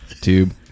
Tube